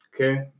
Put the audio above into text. Okay